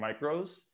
micros